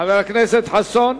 חבר הכנסת חסון?